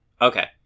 Okay